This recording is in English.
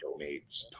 donates